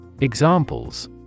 Examples